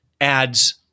adds